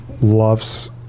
loves